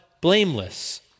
blameless